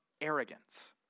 arrogance